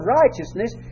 righteousness